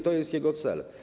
To jest jego cel.